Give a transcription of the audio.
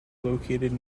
located